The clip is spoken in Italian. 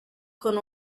con